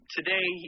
Today